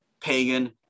pagan